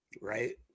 Right